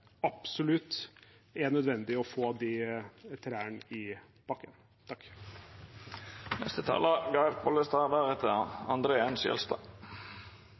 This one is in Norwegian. absolutt er nødvendig å få de trærne i bakken.